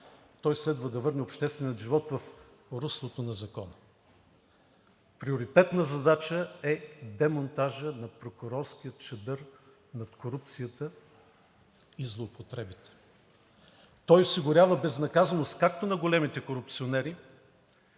той следва да върне обществения живот в руслото на закона. Приоритетна задача е демонтажът на прокурорския чадър над корупцията и злоупотребите. Той осигурява безнаказаност както на големите корупционери,